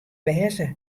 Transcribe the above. wêze